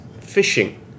fishing